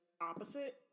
opposite